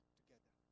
together